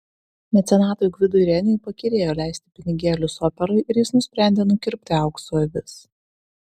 mecenatui gvidui reniui pakyrėjo leisti pinigėlius operai ir jis nusprendė nukirpti aukso avis